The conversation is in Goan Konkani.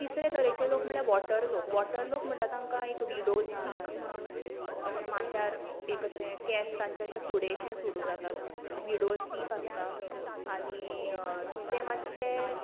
तिसरे तरेचे लोक म्हळ्यार वॉटर लोक वॉटर लोक म्हणटा तांकां एक विडो स्पीक म्हणून अशें माथ्यार एक अशें केस तांचे फुडेंशे सुरू जातात विडो स्पीक आसता आनी ते मात्शे